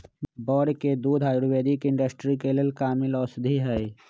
बड़ के दूध आयुर्वैदिक इंडस्ट्री के लेल कामिल औषधि हई